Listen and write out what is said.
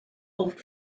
old